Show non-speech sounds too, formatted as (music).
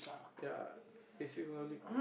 (noise) ya